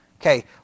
Okay